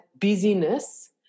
busyness